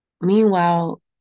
Meanwhile